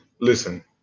Listen